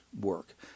work